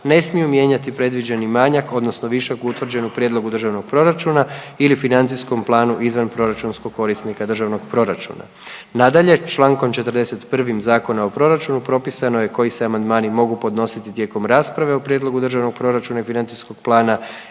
ne smiju mijenjati predviđeni manjak, odnosno višak utvrđen u Prijedlogu državnog proračuna ili Financijskom planu izvanproračunskog korisnika državnog proračuna. Nadalje, člankom 41. Zakona o proračunu propisano je koji se amandmani mogu podnositi tijekom rasprave o Prijedlogu državnog proračuna i Financijskog plana